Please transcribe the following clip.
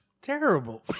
Terrible